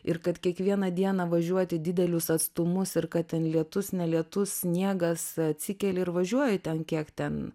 ir kad kiekvieną dieną važiuoti didelius atstumus ir kad ten lietus ne lietus sniegas atsikeli ir važiuoji ten kiek ten